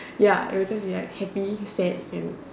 ya it was just be like happy sad and